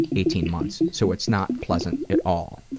eighteen months. so it's not pleasant at all.